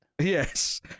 Yes